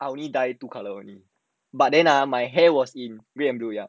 I only dye two colour only but then ah my hair was in red and blue ya but my hair was in a five different colours